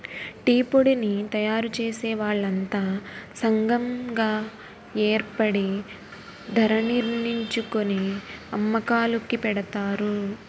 టీపొడిని తయారుచేసే వాళ్లంతా సంగం గాయేర్పడి ధరణిర్ణించుకొని అమ్మకాలుకి పెడతారు